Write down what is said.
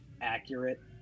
accurate